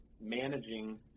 managing